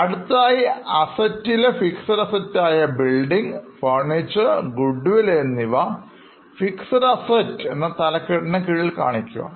അടുത്തതായി Assets ലെ Fixed Assets ആയ Building Furniture Goodwill എന്നിവ Fixed Asset എന്ന തലക്കെട്ടിന് കീഴിൽ കാണിക്കുന്നു